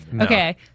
Okay